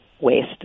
waste